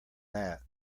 that